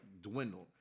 dwindled